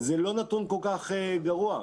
זה לא נתון כל כך גרוע.